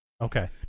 Okay